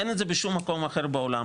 אין את זה בשום מקום אחר בעולם,